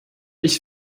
ich